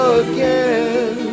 again